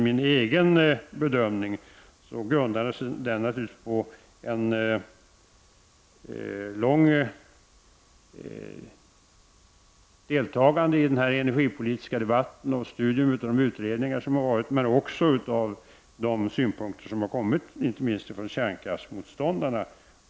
Min egen bedömning i den här frågan grundar sig naturligtvis på ett långvarigt deltagande i den energipolitiska debatten och studium av de utredningar som har gjorts, men också på de synpunkter som har kommit inte minst från kärnkraftsmotståndarna.